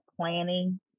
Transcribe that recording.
planning